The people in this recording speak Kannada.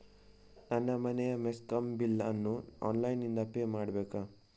ನನ್ನ ಮನೆಯ ಮೆಸ್ಕಾಂ ಬಿಲ್ ಅನ್ನು ಆನ್ಲೈನ್ ಇಂದ ಪೇ ಮಾಡ್ಬೇಕಾ?